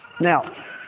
Now